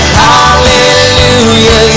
hallelujah